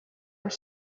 are